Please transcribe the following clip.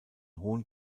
hohen